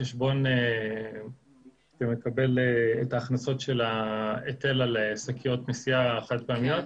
חשבון שמקבל את ההכנסות של ההיטל על שקיות נשיאה חד-פעמיות.